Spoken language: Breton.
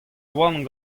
oan